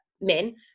men